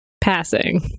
passing